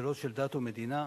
שאלות של דת ומדינה,